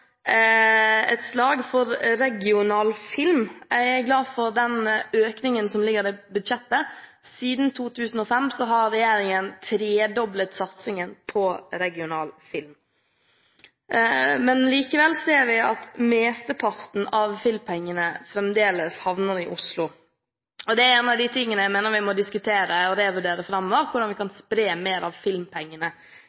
et slag for regional film. Jeg er glad for den økningen som ligger i budsjettet. Siden 2005 har regjeringen tredoblet satsingen på regional film, men likevel ser vi at mesteparten av filmpengene fremdeles havner i Oslo. Det er en av de tingene jeg mener vi må diskutere og revurdere framover, hvordan vi kan